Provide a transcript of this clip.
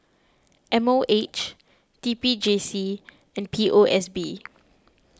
M O H T P J C and P O S B